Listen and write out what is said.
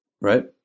right